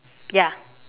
ya